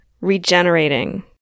regenerating